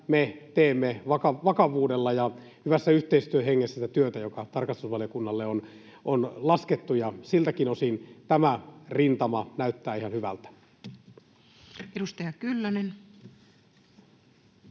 me teemme vakavuudella ja hyvässä yhteistyön hengessä tätä työtä, joka tarkastusvaliokunnalle on laskettu. Siltäkin osin tämä rintama näyttää ihan hyvältä. Edustaja Kyllönen.